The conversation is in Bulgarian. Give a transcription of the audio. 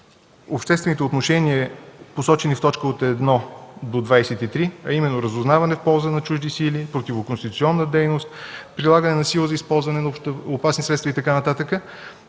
обществените отношения, посочени в т. 1 до т. 23, а именно: разузнаване в полза на чужди сили, противоконституционна дейност, прилагане на сила за използване на общоопасни средства и така